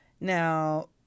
Now